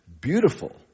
Beautiful